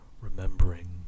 remembering